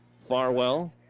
Farwell